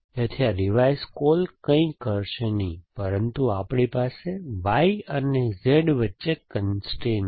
તેથી આ revise call કંઈ કરશે નહીં પરંતુ આપણી પાસે Y અને Z વચ્ચે કન્સ્ટ્રેઇન છે